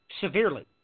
severely